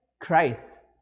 Christ